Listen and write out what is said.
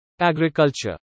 Agriculture